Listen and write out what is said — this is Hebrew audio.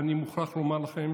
ואני מוכרח לומר לכם